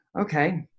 Okay